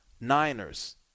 Niners